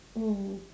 mm